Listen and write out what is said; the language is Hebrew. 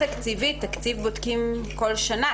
תקציבית, תקציב בודקים כל שנה.